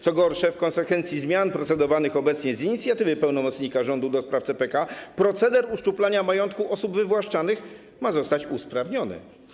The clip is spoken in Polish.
Co gorsze, w konsekwencji zmian procedowanych obecnie, z inicjatywy pełnomocnika rządu ds. CPK, proceder uszczuplania majątku osób wywłaszczanych ma zostać usprawniony.